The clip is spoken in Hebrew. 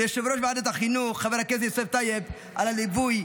ליושב-ראש ועדת החינוך חבר הכנסת יוסף טייב על הליווי,